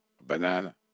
Banana